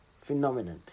phenomenon